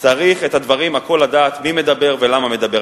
צריך את הדברים, הכול לדעת: מי מדבר ולמה מדבר.